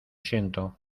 siento